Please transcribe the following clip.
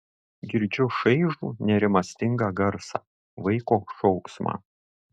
girdžiu šaižų nerimastingą garsą vaiko šauksmą